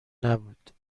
نبود